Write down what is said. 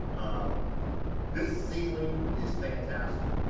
um this ceiling is fantastic.